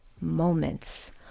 moments